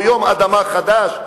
או יום אדמה חדש,